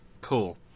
cool